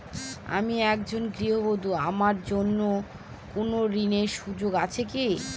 আমি একজন গৃহবধূ আমার জন্য কোন ঋণের সুযোগ আছে কি?